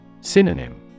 Synonym